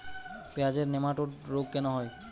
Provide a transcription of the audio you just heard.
পেঁয়াজের নেমাটোড রোগ কেন হয়?